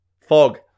Fog